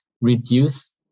reduce